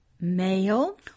male